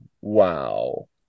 wow